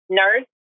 nurse